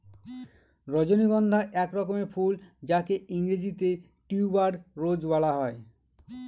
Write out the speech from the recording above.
রজনীগন্ধা এক রকমের ফুল যাকে ইংরেজিতে টিউবার রোজ বলা হয়